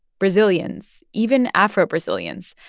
brazilians, even afro brazilians,